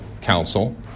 Council